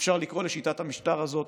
אפשר לקרוא לשיטת המשטר הזאת